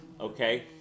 Okay